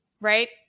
right